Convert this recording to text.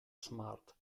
smart